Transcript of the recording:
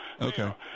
Okay